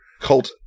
cult